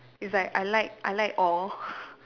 is like I like I like all